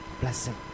blessing